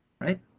Right